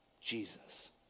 Jesus